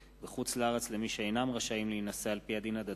בחוץ-לארץ למי שאינם רשאים להינשא על-פי הדין הדתי,